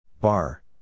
Bar